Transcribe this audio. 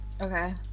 Okay